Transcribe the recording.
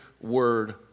word